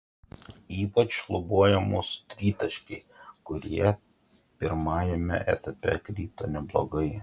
ypač šlubuoja mūsų tritaškiai kurie pirmajame etape krito neblogai